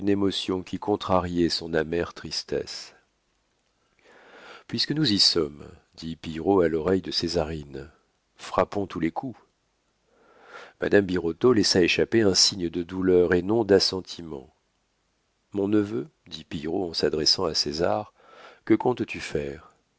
émotion qui contrariait son amère tristesse puisque nous y sommes dit pillerault à l'oreille de césarine frappons tous les coups madame birotteau laissa échapper un signe de douleur et non d'assentiment mon neveu dit pillerault en s'adressant à césar que comptes-tu faire